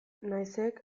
naizek